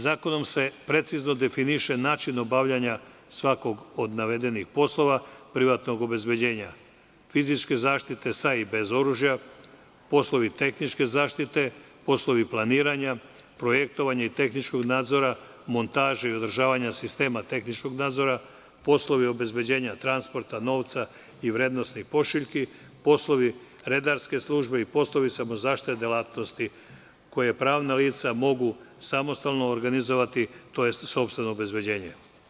Zakonom se precizno definiše način obavljanja svakog od navedenih poslova privatnog obezbeđenja, fizičke zaštite sa i bez oružja, poslovi tehničke zaštite, poslovi planiranja, projektovanja i tehničkog nadzora, montaže i održavanja sistema tehničkog nadzora, poslovi obezbeđenja transporta novca i vrednosnih pošiljki, poslovi redarske službe i poslovi samozaštite, delatnosti koje pravna lica mogu samostalno organizovati, tj. sopstveno obezbeđenje.